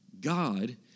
God